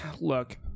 look